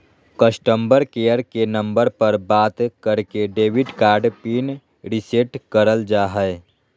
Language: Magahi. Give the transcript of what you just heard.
कस्टमर केयर के नम्बर पर बात करके डेबिट कार्ड पिन रीसेट करल जा हय